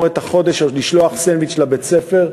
את החודש או לשלוח סנדוויץ' לבית-הספר,